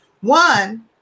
One